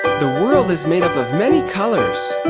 the world is made up of many colours.